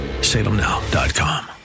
salemnow.com